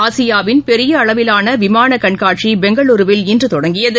ஆசியாவின் பெரியஅளவிலானவிமானகண்காட்சிபெங்களுருவில் இன்றுதொடங்கியது